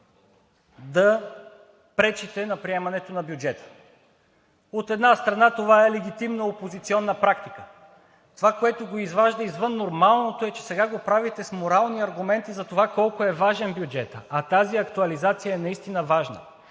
да пречите на приемането на бюджета. От една страна, това е легитимна опозиционна практика. Това, което го изважда извън нормалното е, че сега го правите с морални аргументи колко е важен бюджетът, а тази актуализация е наистина важна